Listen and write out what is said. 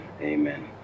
Amen